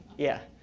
yeah,